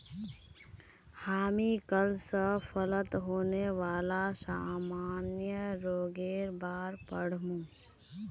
हामी कल स फलत होने वाला सामान्य रोगेर बार पढ़ मु